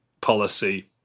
policy